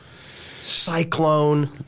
cyclone